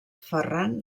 ferran